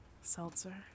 seltzer